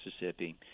Mississippi